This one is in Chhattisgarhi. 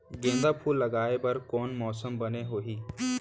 गेंदा फूल लगाए बर कोन मौसम बने होही?